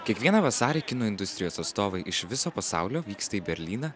kiekvieną vasarį kino industrijos atstovai iš viso pasaulio vyksta į berlyną